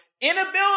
Inability